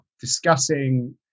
discussing